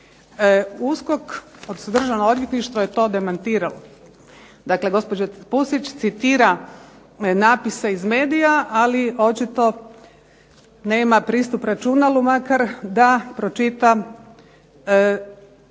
odnosno Državno odvjetništvo je to demantiralo. Dakle, gospođa Pusić citira napise iz medija, ali očito nema pristup računalu makar da pročita izjavu